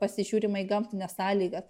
pasižiūrima į gamtines sąlygas